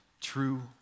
true